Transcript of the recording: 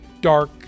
dark